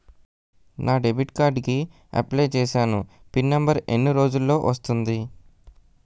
నా debit card కి apply చూసాను పిన్ నంబర్ ఎన్ని రోజుల్లో వస్తుంది?